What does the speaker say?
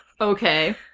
Okay